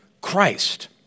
Christ